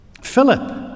Philip